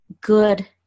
good